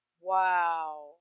Wow